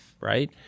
right